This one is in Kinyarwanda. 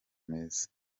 meza